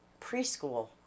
Preschool